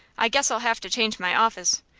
i guess i'll have to change my office,